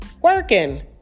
Working